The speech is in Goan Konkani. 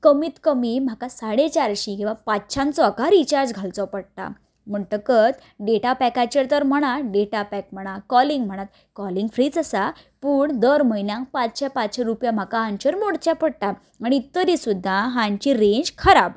कमीत कमीत म्हाका साडे चारशी वा पाचश्यांचो हाका रिचार्ज घालचो पडटा तर डेटा पॅकाचेर तर म्हणात डेटा पॅक म्हणात कॉलींग म्हणात कॉलींग फ्रिच आसा पूण दर म्हयन्याक पाचशें पाचशें रुपया म्हाका हांचेर मोडचे पडटा आनी तरी सुद्दां हांची रेंज खराब